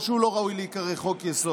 לא שהוא לא ראוי להיקרא חוק-יסוד.